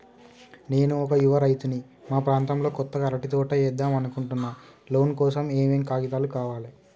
నేను ఒక యువ రైతుని మా ప్రాంతంలో కొత్తగా అరటి తోట ఏద్దం అనుకుంటున్నా లోన్ కోసం ఏం ఏం కాగితాలు కావాలే?